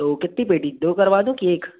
तो कितनी पेटी दो करवा दूँ कि एक